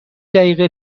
دقیقه